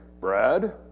Brad